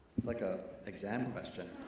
it's like a exam question.